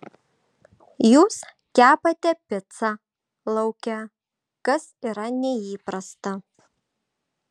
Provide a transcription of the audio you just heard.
jūs kepate picą lauke kas yra neįprasta